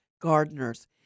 gardeners